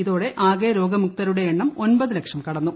ഇതോടെ ആകെ രോഗമുക്തരുടെ എണ്ണം ഒൻപത് ലക്ഷം കടന്നു